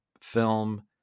film